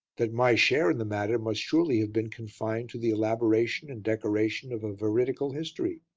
that my share in the matter must surely have been confined to the elaboration and decoration of a veridical history.